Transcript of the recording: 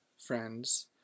friends